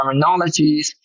terminologies